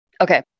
Okay